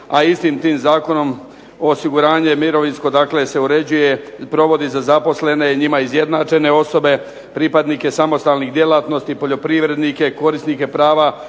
a istim tim zakonom osiguranje mirovinsko dakle se provodi za zaposlene njima izjednačene osobe, pripadnike samostalnih djelatnosti, poljoprivrednike, korisnike prava